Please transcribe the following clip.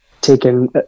taken